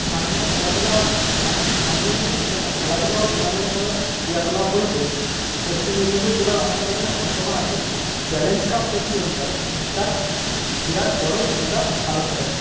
স্থানীয় খেলাধুলা স্থান স্থানীয় কিছু খেলাধুলো ও বিনোদনমূলক ক্রিয়াকলাপ বলতে পশ্চিম মেদিনীপুর জেলার অন্তর্গত চন্দ্রকোনাতে চ্যালেঞ্জ কাপ প্রতিযোগিতা একটা বিরাট বড়ো ভূমিকা পালন করে